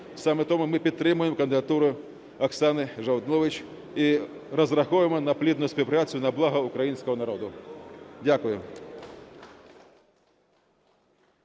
Саме тому ми підтримуємо кандидатуру Оксани Жолнович і розраховуємо на плідну співпрацю на благо українського народу. Дякую.